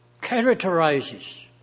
characterizes